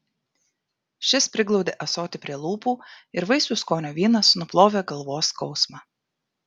šis priglaudė ąsotį prie lūpų ir vaisių skonio vynas nuplovė galvos skausmą